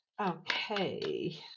okay